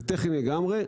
זה טכני לגמרי.